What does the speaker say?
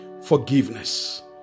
Forgiveness